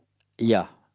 ya